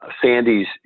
Sandy's